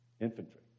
Infantry